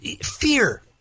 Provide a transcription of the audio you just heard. fear